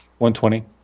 120